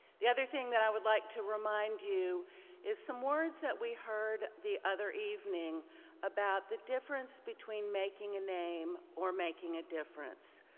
the other thing that i would like to remind you is some words that we heard the other evening about the difference between making a name or making a difference.